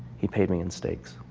he paid me in steaks.